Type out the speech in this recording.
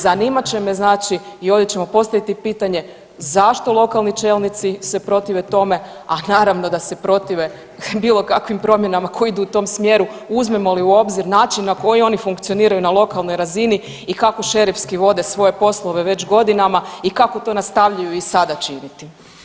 Zanimat će me znači i ovdje ćemo postaviti pitanje zašto lokalni čelnici se protive tome, a naravno da se protive bilo kakvim promjenama koje idu u tom smjeru uzmemo li u obzir način na koji oni funkcioniraju na lokalnoj razini i kako šerifski vode svoje poslove već godinama i kako to nastavljaju i sada činiti.